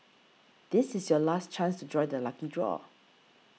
this is your last chance to join the lucky draw